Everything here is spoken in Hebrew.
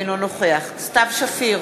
אינו נוכח סתיו שפיר,